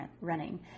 running